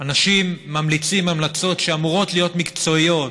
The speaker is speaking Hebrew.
אנשים ממליצים המלצות שאמורות להיות מקצועיות